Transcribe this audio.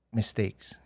mistakes